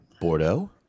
Bordeaux